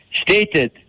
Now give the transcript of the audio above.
stated